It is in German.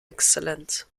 exzellenz